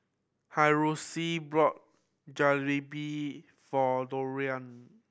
Hiroshi bought Jalebi for Dorian